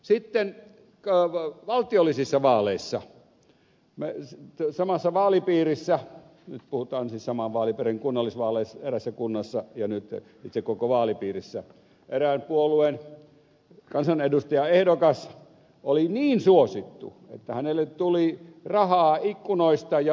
sitten valtiollisissa vaaleissa samassa vaalipiirissä puhutaan siis saman vaalipiirin kunnallisvaaleista eräässä kunnassa ja nyt itse koko vaalipiiristä erään puolueen kansanedustajaehdokas oli niin suosittu että hänelle tuli rahaa ikkunoista ja ovista